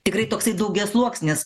tikrai toksai daugiasluoksnis